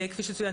כפי שצוין,